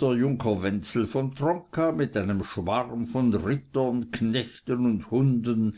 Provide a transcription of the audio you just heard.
der junker wenzel von tronka mit einem schwarm von rittern knechten und hunden